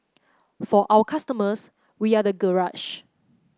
for our customers we are the garage